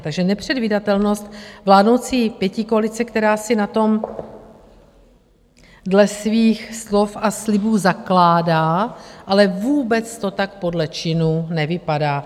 Takže nepředvídatelnost vládnoucí pětikoalice, která si na tom dle svých slov a slibů zakládá, ale vůbec to tak podle činů nevypadá.